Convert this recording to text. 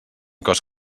cos